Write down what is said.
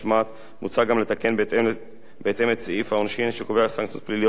מוצע גם לתקן בהתאם את סעיף העונשין שקובע סנקציות פליליות לצד החובות